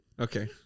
Okay